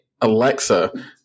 Alexa